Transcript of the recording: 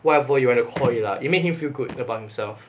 whatever you wanna call it lah he made him feel good about himself